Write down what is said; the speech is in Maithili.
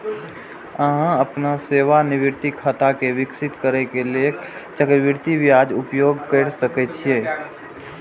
अहां अपन सेवानिवृत्ति खाता कें विकसित करै लेल चक्रवृद्धि ब्याजक उपयोग कैर सकै छी